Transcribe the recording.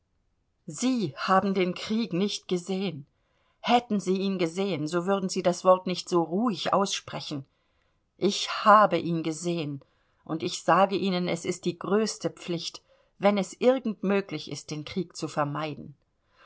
sie haben den krieg nicht gesehen hätten sie ihn gesehen so würden sie das wort nicht so ruhig aussprechen ich habe ihn gesehen und ich sage ihnen es ist die größte pflicht wenn es irgend möglich ist den krieg zu vermeiden